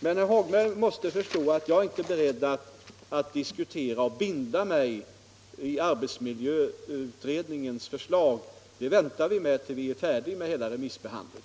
Men herr Hagberg måste förstå att jag inte är beredd att binda mig i fråga om arbetsmiljöutredningens förslag. Det väntar vi med till dess vi är färdiga med hela remissbehandlingen.